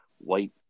white